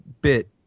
bit